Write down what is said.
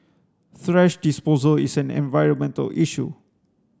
thrash disposal is an environmental issue